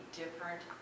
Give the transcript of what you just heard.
different